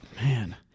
Man